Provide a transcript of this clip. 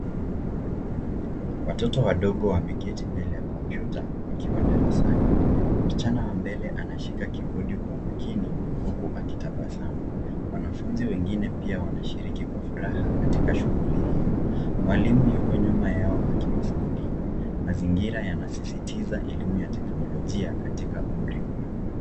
Watoto wadogo wameketi mbele ya kompyuta wakiwa darasani. Msichana wa mbele anashika kibodi kwa umakini huku akitabasamu. Wanafunzi wengine pia wanashiriki kwa furaha katika shughuli hii. Mwalimu yuko nyuma yao akiwasaidia. Mazingira yanasisitiza elimu ya teknolojia katika umri mdogo.